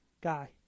guy